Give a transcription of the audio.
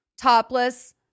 topless